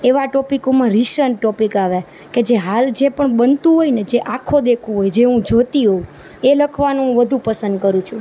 એવા ટોપિકમાં recent topic આવે કે જે હાલ જે પણ બનતું હોય ને જે આંખો દેખ્યું હોય જે હું જોતી હોઉં એ લખવાનું વધુ પસંદ કરું છું